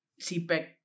CPEC